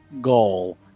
goal